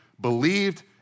believed